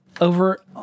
Over